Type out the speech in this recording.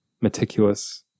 meticulous